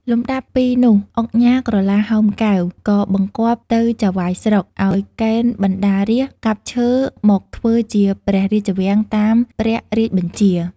លំដាប់ពីនោះ ឧកញ៉ាក្រឡាហោម កែវ ក៏បង្គាប់ទៅចៅហ្វាយស្រុក ឲ្យកេណ្ឌបណ្ដារាស្ត្រកាប់ឈើមកធ្វើជាព្រះរាជវាំង តាមព្រះរាជបញ្ជា ។